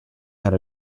had